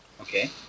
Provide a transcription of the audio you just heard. Okay